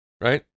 right